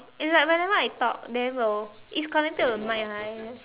it's like whenever I talk then will it's connected to mic lah